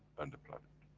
and the planet.